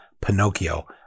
Pinocchio